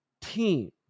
team